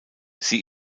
sie